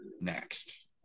Next